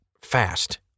fast